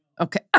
Okay